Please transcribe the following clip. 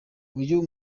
uyu